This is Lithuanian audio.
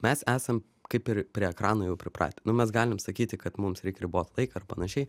mes esam kaip ir prie ekranų jau pripratę nu mes galim sakyti kad mums reik ribot laiką ir panašiai